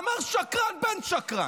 אמר: שקרן בן שקרן.